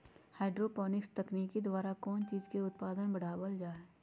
hydroponics तकनीक द्वारा कौन चीज के उत्पादन बढ़ावल जा सका हई